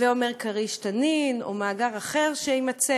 הווה אומר "כריש-תנין" או מאגר אחר שיימצא,